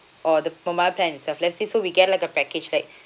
or the mobile plan itself let's say so we get like a package like